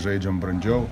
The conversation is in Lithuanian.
žaidžiam brandžiau